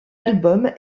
album